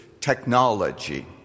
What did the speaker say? technology